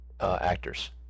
actors